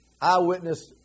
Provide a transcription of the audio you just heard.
eyewitness